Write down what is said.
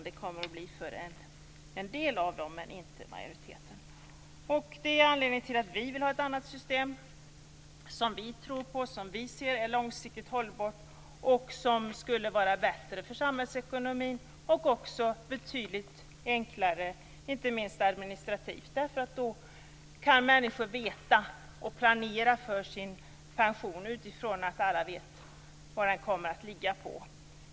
Det kommer att bli så för en del av dem, men inte för majoriteten. Det är anledningen till att vi vill ha ett annat system, som vi tror på, som vi ser är långsiktigt hållbart och som skulle vara bättre för samhällsekonomin. Det skulle vara betydligt enklare, inte minst administrativt, därför att människor kan planera för sin pension utifrån att alla vet vad den kommer att ligga på.